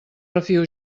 refio